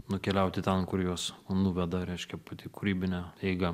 nukeliauti ten kur juos nuveda reiškia pati kūrybinė eiga